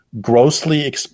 grossly